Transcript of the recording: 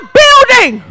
building